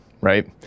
right